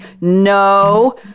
no